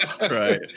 Right